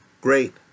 great